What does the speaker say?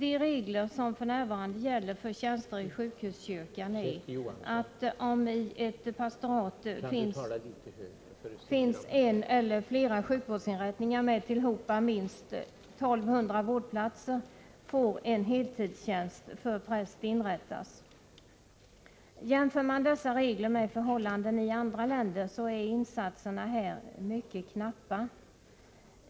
Enligt de nuvarande reglerna för tjänsten i sjukhuskyrkan gäller ”att om i ett pastorat finns en eller flera sjukvårdsinrättningar med tillhopa minst 1 200 vårdplatser får en heltidstjänst för präst inrättas”. Jämför man dessa regler med förhållandena i andra länder finner man att insatserna här är mycket knappa.